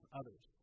others